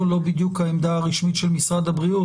היא לא בדיוק העמדה הרשמית של משרד הבריאות,